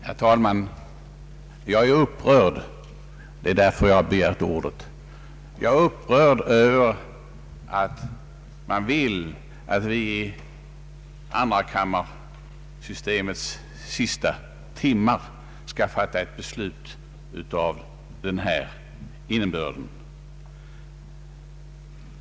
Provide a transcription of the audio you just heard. Herr talman! Jag är upprörd, och det är därför jag har begärt ordet. Jag är upprörd över att man i tvåkammasystemets sista timmar skall fatta ett beslut av den innebörd, som föreslagits i fråga om fängelsestraffet.